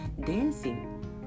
dancing